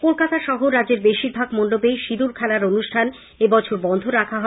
কলকাতা সহ রাজ্যের বেশিরভাগ মন্ডপেই সিঁদুরখেলার অনুষ্ঠান এবছর বন্ধ রাখা হয়